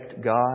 God